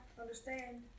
understand